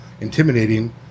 intimidating